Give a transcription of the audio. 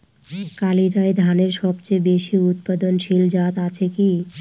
কালিরাই ধানের সবচেয়ে বেশি উৎপাদনশীল জাত আছে কি?